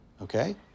okay